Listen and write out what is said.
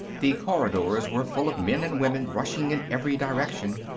the corridors were full of men and women rushing in every direction.